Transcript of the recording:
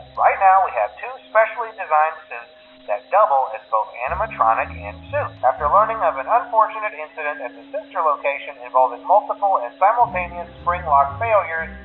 right now, we have two specially designed suits that double as both animatronics and so after learning of an unfortunate incident at the sister location and involving multiple and simultaneous springlock failures,